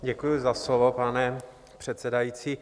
Děkuji za slovo, pane předsedající.